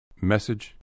Message